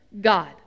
God